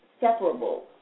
separable